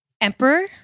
Emperor